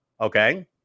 okay